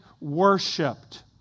worshipped